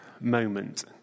moment